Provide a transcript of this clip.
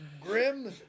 grim